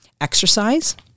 exercise